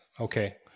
Okay